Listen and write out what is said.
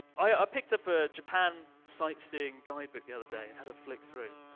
i picked up a japan sightseeing guidebook the other day and had a flick through.